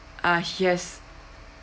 ah yes